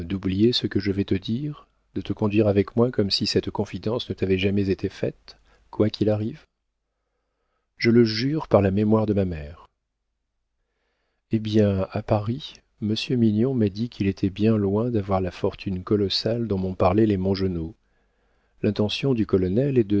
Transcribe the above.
ce que je vais te dire de te conduire avec moi comme si cette confidence ne t'avait jamais été faite quoi qu'il arrive je le jure par la mémoire de ma mère eh bien à paris monsieur mignon m'a dit qu'il était bien loin d'avoir la fortune colossale dont m'ont parlé les mongenod l'intention du colonel